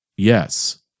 Yes